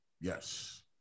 yes